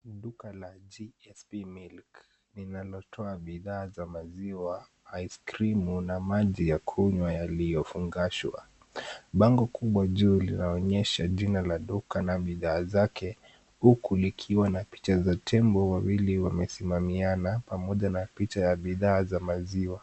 Duka la GSP Milk linalotoa bidhaa za maziwa, aiskrimu na maji ya kunywa yaliyofungashwa. Bango kubwa juu linaonyesha jina la duka na bidhaa zake huku likiwa na picha ya tembo wawili wamesimamiana pamoja na picha ya bidhaa za maziwa.